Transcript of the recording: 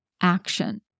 action